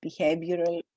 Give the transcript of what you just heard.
behavioral